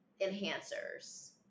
enhancers